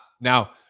Now